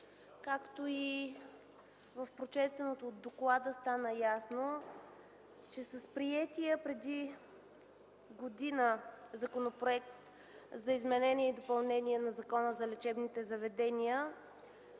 както и от прочетеното в доклада стана ясно, че с приетия преди година Законопроект за изменение и допълнение на Закона за лечебните заведения